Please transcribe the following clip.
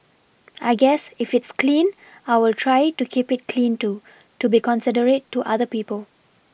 I guess if it's clean I will try to keep it clean too to be considerate to other people